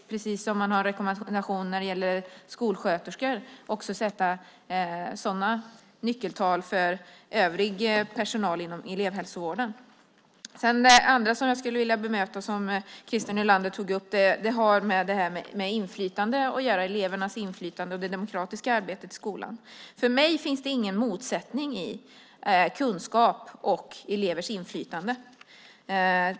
Precis som man har rekommendationer när det gäller skolsköterskor ska man också sätta sådana nyckeltal för övrig personal inom elevhälsovården. Det andra jag skulle vilja bemöta som Christer Nylander tog upp har med elevernas inflytande och det demokratiska arbetet i skolan att göra. För mig finns det ingen motsättning mellan kunskap och elevers inflytande.